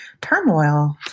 turmoil